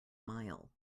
mile